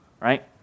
right